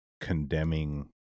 Condemning